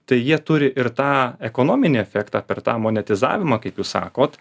tai jie turi ir tą ekonominį efektą per tą monetizavimą kaip jūs sakot